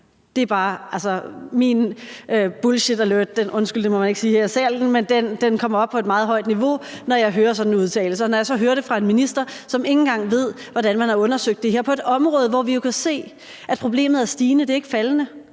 sige her i salen – kommer op på et meget højt niveau, når jeg hører sådan en udtalelse. Og når jeg så hører det fra en minister, som ikke engang ved, hvordan man har undersøgt det her, på et område, hvor vi jo kan se at problemet er stigende – det er ikke faldende